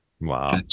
Wow